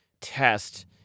test